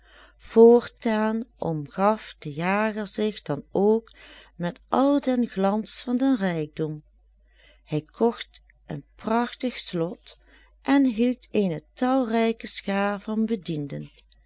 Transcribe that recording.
voortaan omgaf de jager zich dan ook met al den glans van den rijkdom hij kocht een prachtig slot en hield eene talrijke schaar van